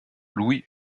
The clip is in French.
louis